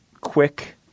Quick